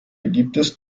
beliebtes